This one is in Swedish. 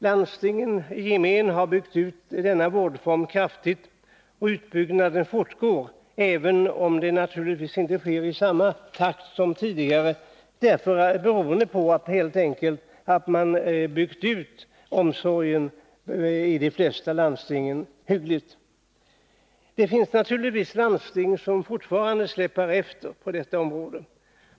Landstingen i gemen har byggt ut denna vårdform kraftigt. Och utbyggnaden fortgår, även om det naturligtvis inte sker i samma snabba takt som tidigare, helt enkelt beroende på att de flesta landsting har byggt ut omsorgen hyggligt. Det finns naturligtvis landsting som fortfarande släpar efter på detta område.